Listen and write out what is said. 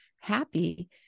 happy